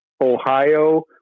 Ohio